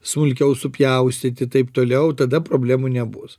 smulkiau supjaustyti taip toliau tada problemų nebus